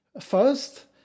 first